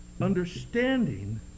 understanding